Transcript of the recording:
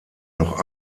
noch